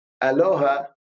Aloha